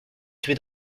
tué